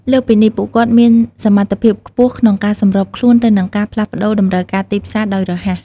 លើសពីនេះ ពួកគាត់មានសមត្ថភាពខ្ពស់ក្នុងការ សម្របខ្លួនទៅនឹងការផ្លាស់ប្តូរតម្រូវការទីផ្សារ ដោយរហ័ស។